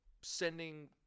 sending